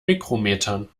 mikrometern